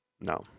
No